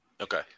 Okay